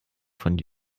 von